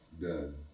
done